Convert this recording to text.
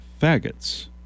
faggots